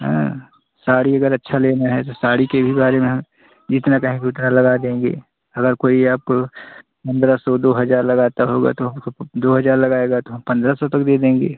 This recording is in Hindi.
हाँ साड़ी अगर अच्छा लेना है तो साड़ी के भी बारे में हम जितना कहेंगी उतना लगा देंगे अगर कोई आपको पन्द्रह सौ दो हज़ार लगाता होगा तो दो हज़ार लगाएगा तो हम पन्द्राह सौ तक दे देंगे